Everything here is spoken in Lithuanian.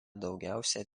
daugiausia